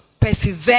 persevere